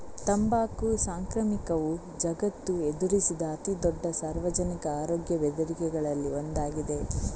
ತಂಬಾಕು ಸಾಂಕ್ರಾಮಿಕವು ಜಗತ್ತು ಎದುರಿಸಿದ ಅತಿ ದೊಡ್ಡ ಸಾರ್ವಜನಿಕ ಆರೋಗ್ಯ ಬೆದರಿಕೆಗಳಲ್ಲಿ ಒಂದಾಗಿದೆ